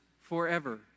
forever